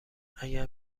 اگر